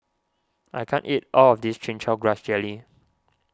I can't eat all of this Chin Chow Grass Jelly